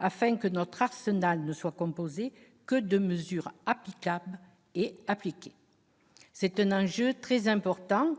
afin que notre arsenal ne soit composé que de mesures applicables et appliquées. L'enjeu est très important